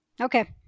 Okay